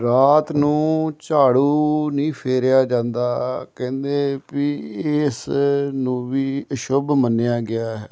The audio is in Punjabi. ਰਾਤ ਨੂੰ ਝਾੜੂ ਨਹੀਂ ਫੇਰਿਆ ਜਾਂਦਾ ਕਹਿੰਦੇ ਵੀ ਇਸ ਨੂੰ ਵੀ ਅਸ਼ੁਭ ਮੰਨਿਆ ਗਿਆ ਹੈ